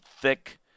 thick